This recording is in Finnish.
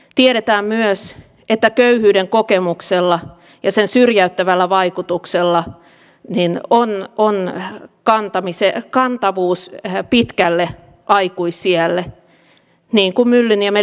tiedetään myös että köyhyyden kokemuksella ja sen syrjäyttävällä vaikutuksella on kantavuus pitkälle aikuisiälle niin kuin myllyniemen liisankin kokemukset kertovat